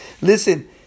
Listen